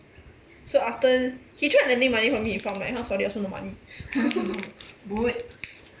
so after he tried lending money from me from my house also no money